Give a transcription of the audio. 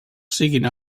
siguin